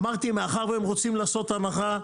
אמרתי, מאחר והם רוצים לעשות הנחה,